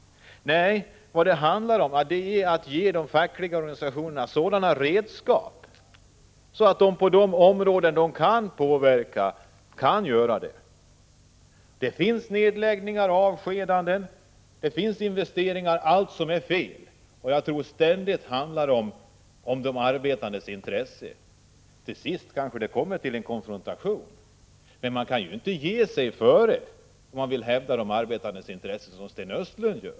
Nej, vad det handlar om är att ge de fackliga organisationerna sådana redskap att de kan utöva påverkan på de områden där detta är möjligt. Det förekommer felaktiga nedläggningar, avskedanden och investeringar där de arbetandes intressen måste bevakas. Till sist kanske det kommer till en konfrontation, men man kan inte som Sten Östlund ge upp i förväg när det gäller att hävda de arbetandes intressen.